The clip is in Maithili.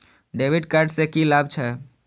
डेविट कार्ड से की लाभ छै?